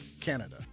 Canada